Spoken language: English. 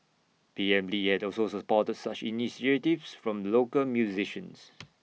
P M lee had also supported such initiatives from local musicians